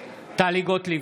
גוטליב,